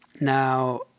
Now